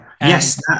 Yes